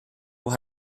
will